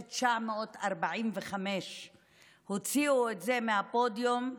1945. הוציאו את זה מהבוידעם.